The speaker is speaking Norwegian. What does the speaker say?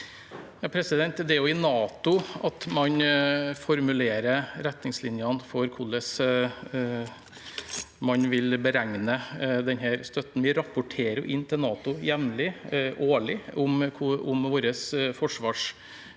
Det er i NATO man formulerer retningslinjene for hvordan man vil beregne den støtten. Vi rapporterer til NATO jevnlig – årlig – om våre forsvarsutgifter.